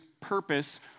purpose